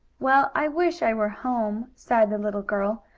well, i wish i were home, sighed the little girl.